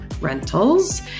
rentals